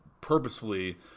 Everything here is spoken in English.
purposefully